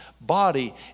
body